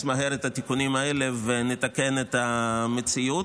מהר את התיקונים האלה ונתקן את המציאות.